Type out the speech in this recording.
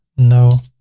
no.